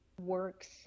works